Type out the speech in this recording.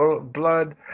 blood